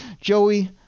Joey